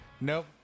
Nope